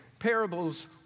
Parables